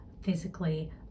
physically